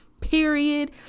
period